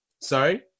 sorry